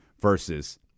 versus